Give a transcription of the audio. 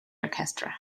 orchestra